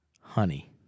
honey